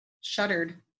shuddered